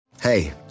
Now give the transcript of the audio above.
Hey